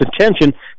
attention